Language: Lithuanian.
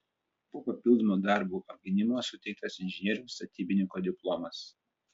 po papildomo darbų apgynimo suteiktas inžinieriaus statybininko diplomas